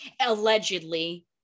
allegedly